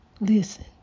Listen